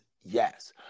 yes